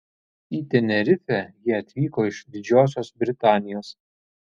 į tenerifę jie atvyko iš didžiosios britanijos